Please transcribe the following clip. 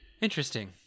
interesting